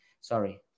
Sorry